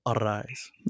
Arise